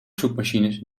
zoekmachines